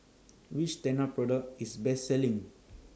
Which Tena Product IS Best Selling